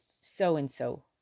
so-and-so